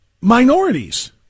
minorities